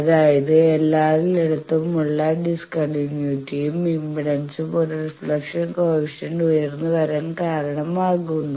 അതായത് എല്ലായിടത്തുമുള്ള ഡിസ്ക്കണ്ടിന്യൂയിറ്റിയും ഇംപെഡൻസും ഒരു റിഫ്ലക്ഷൻ കോയെഫിഷ്യയന്റ് ഉയർന്നു വരാൻ കാരണം ആകുന്നു